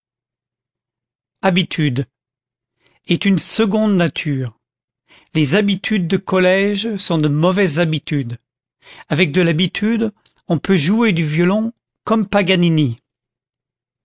habitude est une seconde nature les habitudes de collège sont de mauvaises habitudes avec de l'habitude on peut jouer du violon comme paganini